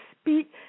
speak